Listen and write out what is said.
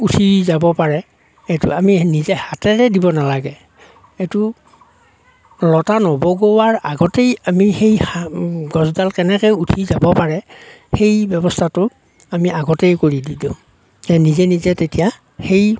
উঠি যাব পাৰে সেইটো আমি নিজে হাতেৰে দিব নালাগে সেইটো লতা নবগোৱাৰ আগতেই আমি সেই সাৰ গছডাল কেনেকে উঠি যাব পাৰে সেই ব্যৱস্থাটো আমি আগতেই কৰি দি দিওঁ নিজে নিজে তেতিয়া সেই